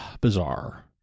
bizarre